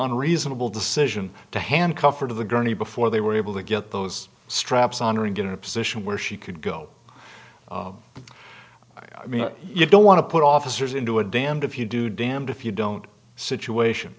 on reasonable decision to handcuff her to the gurney before they were able to get those straps honoring in a position where she could go i mean you don't want to put officers into a damned if you do damned if you don't situation